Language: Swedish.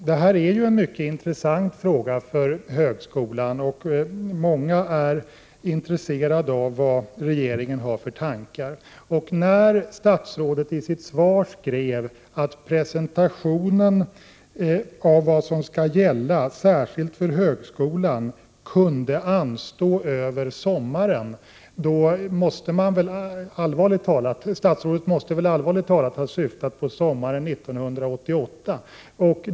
Herr talman! Detta är en mycket intressant fråga för högskolan. Många är intresserade av vad regeringen har för tankar. När statsrådet i sitt svar skriver att ”presentationen av vad som skall gälla särskilt för högskolan kunde anstå över sommaren”, måste väl statsrådet — allvarligt talat — ha syftat på sommaren 1988?